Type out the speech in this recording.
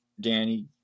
Danny